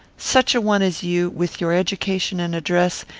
such a one as you, with your education and address,